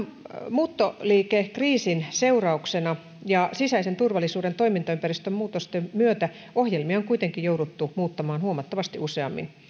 muuttoliikekriisin seurauksena ja sisäisen turvallisuuden toimintaympäristön muutosten myötä ohjelmia on kuitenkin jouduttu muuttamaan huomattavasti useammin